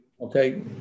Okay